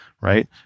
right